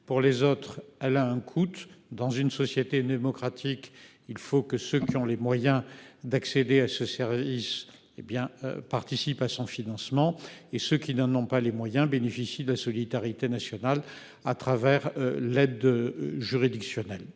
pour les autres. Ah la hein coûte dans une société démocratique, il faut que ceux qui ont les moyens d'accéder à ce service. Hé bien participent à son financement et ceux qui n'en ont pas les moyens, bénéficient de la solidarité nationale à travers l'aide. Juridictionnelle.